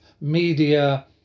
media